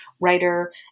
writer